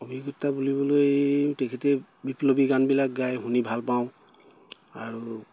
অভিজ্ঞতা বুলিবলৈ তেখেতে বিপ্লৱী গানবিলাক গাই শুনি ভাল পাওঁ আৰু